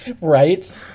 Right